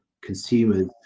consumers